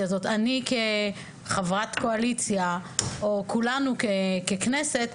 כחברת קואליציה או כולנו ככנסת,